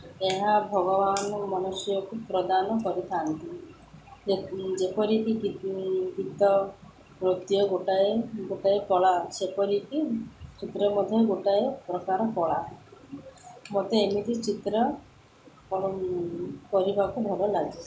ଏହା ଭଗବାନ ମନୁଷ୍ୟକୁ ପ୍ରଦାନ କରିଥାନ୍ତି ଯେପରିକି ଗୀତ ନୃତ୍ୟ ଗୋଟାଏ ଗୋଟାଏ କଳା ସେପରିକି ଚିତ୍ର ମଧ୍ୟ ଗୋଟାଏ ପ୍ରକାର କଳା ମୋତେ ଏମିତି ଚିତ୍ର କରିବାକୁ ଭଲ ଲାଗେ